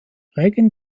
reagan